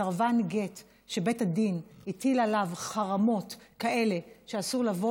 סרבן גט שבית הדין הטיל עליו חרמות כאלה שאסור לבוא